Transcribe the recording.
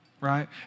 right